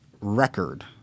record